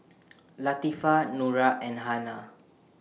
Latifa Nura and Hana